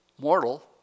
mortal